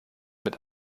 mit